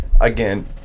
again